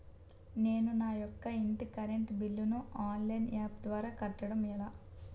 నేను నా యెక్క ఇంటి కరెంట్ బిల్ ను ఆన్లైన్ యాప్ ద్వారా కట్టడం ఎలా?